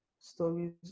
stories